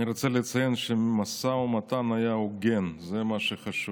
אני רוצה לציין שהמשא ומתן היה הוגן, זה מה שחשוב.